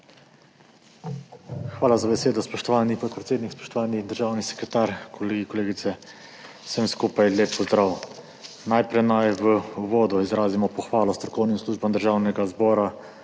Hvala za besedo, spoštovani podpredsednik. Spoštovani državni sekretar, kolegi, kolegice, vsem skupaj lep pozdrav! Najprej naj v uvodu izrazimo pohvalo strokovnim službam Državnega zbora,